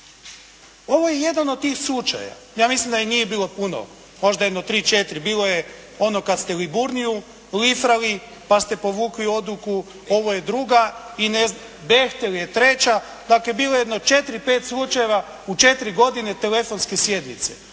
Ovo je jedan od tih slučaja, ja mislim da ih nije bilo puno, možda jedno tri, četiri, bilo je ono kada ste Liburniju lifrali, pa ste povukli odluku, ovo je druga, i ne znam, …/Govornik se ne razumije./… 1je treća, dakle, bilo je jedno 4, 5 slučajeva u četiri godine telefonske sjednice,